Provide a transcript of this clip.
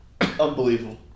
unbelievable